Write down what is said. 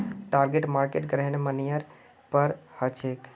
target market ग्राहकेर मनेर पर हछेक